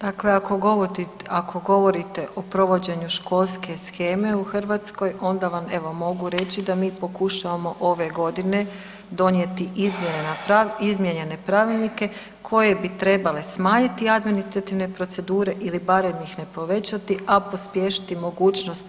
Dakle, ako govorite o provođenju školske sheme u Hrvatskoj onda vam evo mogu reći da mi pokušavamo ove godine donijeti izmijenjene pravilnike koje bi trebale smanjiti administrativne procedure ili barem ih ne povećati, a pospješiti mogućnost,